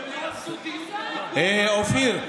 אופיר.